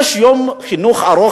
יש יום חינוך ארוך,